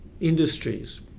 industries